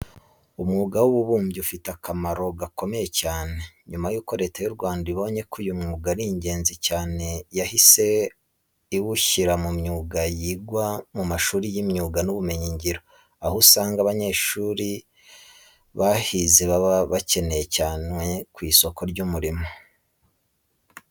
Umwuga w'ububumbyi ufite akamaro gakomeye cyane. Nyuma yuko Leta y'u Rwanda ibonye ko uyu mwuga ari ingenzi cyane yahise uwushyira mu myuga yigwa mu mashuri y'imyuga n'ubumenyingiro. Aho usanga abanyeshuri bahize baba bakenewe cyane ku isoko ry'umurimo.